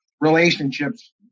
relationships